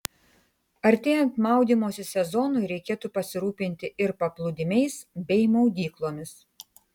artėjant maudymosi sezonui reikėtų pasirūpinti ir paplūdimiais bei maudyklomis